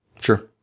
Sure